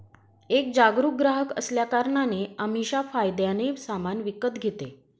एक जागरूक ग्राहक असल्या कारणाने अमीषा फायद्याने सामान विकत घेते